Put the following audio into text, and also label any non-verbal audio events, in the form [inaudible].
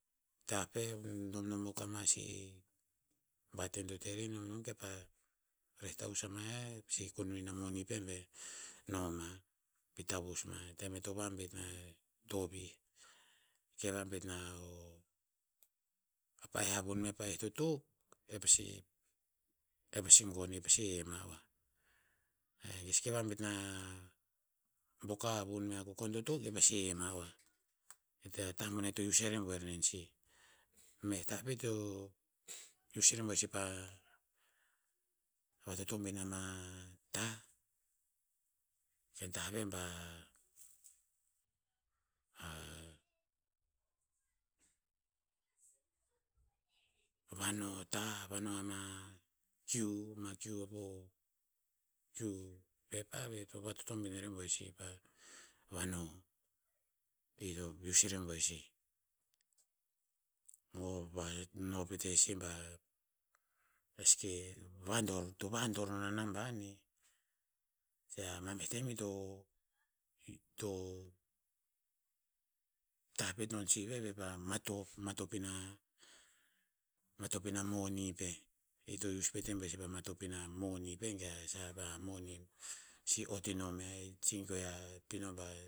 Tah peh, nomnom akuk ama si baten to te rer. Nomnom kepah reh tavus hama ya, e pasi kunun in a moni peh be noma, bi tavus ma. Tem e to va mbet na tovih. Mbe ke vambet na o pa'eh o havun mea pa'eh to tok, e pasi- e pasi gon i pasi he ma oah. E si keh vambet na buok a havun mea kukon to tok, i pasi he ma oah. I tah boneh i to use a rebuer nen sih. Meh tah pet to use i rebuer sih pa vatotobin a ma tah, ken tah ve ba a [hesitation] vano tah vano ama kiu, ama kiu a po kiu pepa veh vatotobin rebuer sih pavano. Pir to use i reb uer sih [unintelligible] no pet rer si ba, be si keh- vandor- to vandor non a naban eh. Kea ma meh tem ito- ito tah pet non sih ve veh pa matop- matop in a- matop in a moni peh. I to use pet i rebuer si pa matop in a moni peh ge a sa moni e si ot inom ya i si goe a pino ba